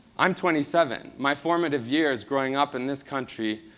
i'm twenty seven. my formative years growing up in this country,